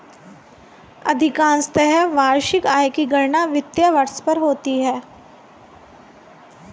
अधिकांशत वार्षिक आय की गणना वित्तीय वर्ष पर होती है